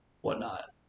whatnot